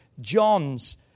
John's